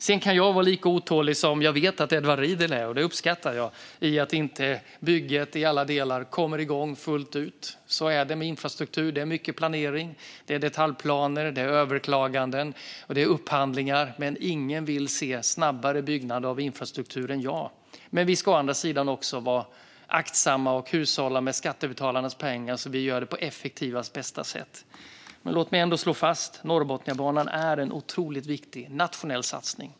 Sedan kan jag vara lika otålig som jag vet att Edward Riedl är - och det uppskattar jag - när det gäller att bygget inte kommer igång i alla delar och fullt ut. Så är det med infrastruktur. Det är mycket planering, det är detaljplaner, det är överklaganden och det är upphandlingar. Ingen vill se en snabbare utbyggnad av infrastruktur än jag, men vi ska å andra sidan också vara aktsamma och hushålla med skattebetalarnas pengar så att vi gör detta på effektivaste och bästa sätt. Låt mig ändå slå fast att Norrbotniabanan är en otroligt viktig nationell satsning.